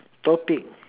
topic